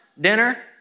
dinner